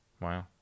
Wow